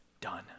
Done